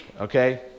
okay